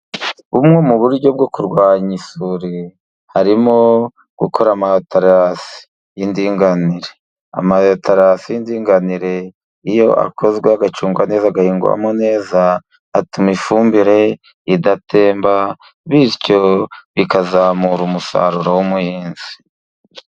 Bumwe mu buryo bwo kurwanya isuri harimo gukora amaterasi y'indinganire. Amaterasi y'indinganire, iyo akozwe agacugwa neza, agahingwamo neza ,atuma ifumbire idatemba . Bityo bikazamura umusaruro w'umuhinzi.